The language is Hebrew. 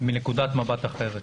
מנקודת מבט אחרת.